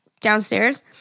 downstairs